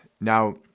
Now